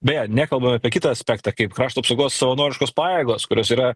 beje nekalbam apie kitą aspektą kaip krašto apsaugos savanoriškos pajėgos kurios yra